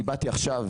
באתי עכשיו